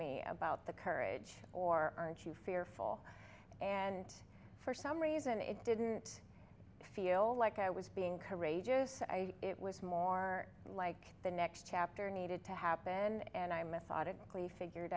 me about the courage or aren't you fearful and for some reason it didn't feel like i was being courageous i it was more like the next chapter needed to happen and i methodically figured